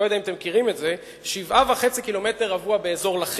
ואני לא יודע אם אתם מכירים את זה: "7.5 קמ"ר באזור לכיש".